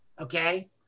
okay